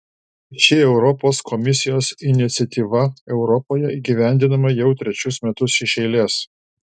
ši europos komisijos iniciatyva europoje įgyvendinama jau trečius metus iš eilės